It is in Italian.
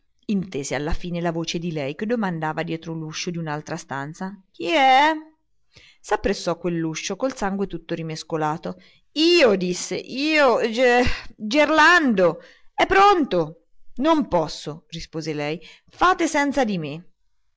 intese alla fine la voce di lei che domandava dietro l'uscio di un'altra stanza chi è s'appressò a quell'uscio col sangue tutto rimescolato io disse io ger gerlando è pronto non posso rispose lei fate senza di me